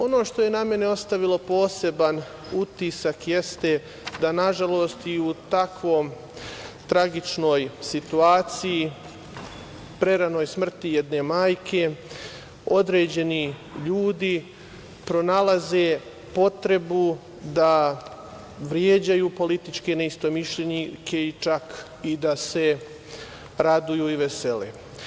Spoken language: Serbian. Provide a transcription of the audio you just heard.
Ono što je na mene ostavilo poseban utisak, jeste da, nažalost, i u tako tragičnoj situaciji, preranoj smrti jedne majke, određeni ljudi pronalaze potrebu da vređaju političke neistomišljenike i čak i da se raduju i vesele.